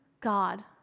God